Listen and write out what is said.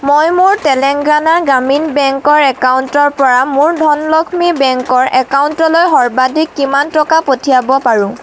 মই মোৰ তেলেঙ্গানা গ্ৰামীণ বেংকৰ একাউণ্টৰ পৰা মোৰ ধনলক্ষ্মী বেংকৰ একাউণ্টলৈ সৰ্বাধিক কিমান টকা পঠিয়াব পাৰোঁ